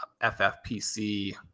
ffpc